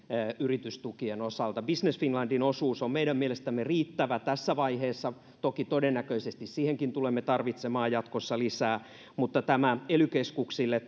yritystukien osalta business finlandin osuus on meidän mielestämme riittävä tässä vaiheessa toki todennäköisesti siihenkin tulemme tarvitsemaan jatkossa lisää mutta tämä ely keskuksille